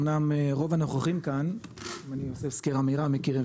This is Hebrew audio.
אמנם רוב הנוכחים כאן אם אני עושה סקירה מהירה מכילים,